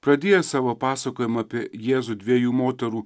pradėjęs savo pasakojimą apie jėzų dviejų moterų